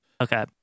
okay